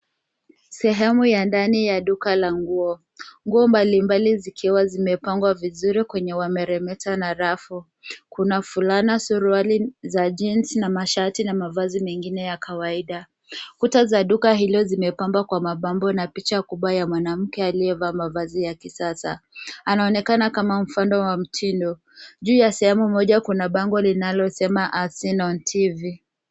Sehemu ya ndani ya duka la nguo. Nguo mbalimbali zikiwa zimepangwa vizuri kwenye wa meremeta na rafu. Kuna fulana, suruali za jinsi na mashati na mavazi mengine ya kawaida. Kuta za duka hilo zimepambwa kwa mapambo na picha kubwa ya mwanamke aliyevaa mavazi ya kisasa. Anaonekana kama mfano wa mtindo. Juu ya sehemu moja kuna bango linalosema as seen on tv .